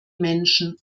menschen